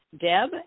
Deb